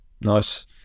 Nice